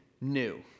new